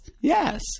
yes